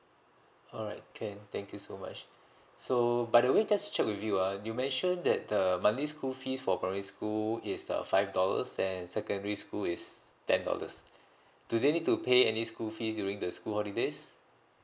alright can thank you so much so by the way just check with you ah you mentioned that the monthly school fees for primary school is a five dollars and secondary school is ten dollars do they need to pay any school fees during the school holidays